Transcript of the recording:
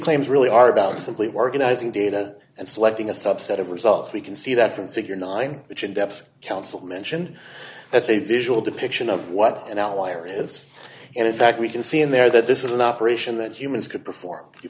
claims really are about simply working izing data and selecting a subset of results we can see that from figure nine which in depth council mention that's a visual depiction of what an outlier is and in fact we can see in there that this is an operation that humans could perform